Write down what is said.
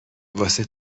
واسه